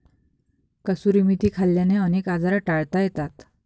कसुरी मेथी खाल्ल्याने अनेक आजार टाळता येतात